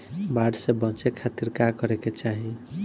बाढ़ से बचे खातिर का करे के चाहीं?